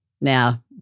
Now